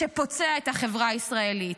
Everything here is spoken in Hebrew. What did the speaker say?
שפוצע את החברה הישראלית,